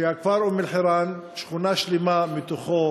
שהכפר אום-אלחיראן, שכונה שלמה מתוכו,